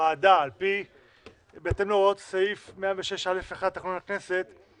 לוועדת הכספים בהתאם להוראות סעיף 106(א)(1) לתקנון הכנסת.